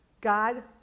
God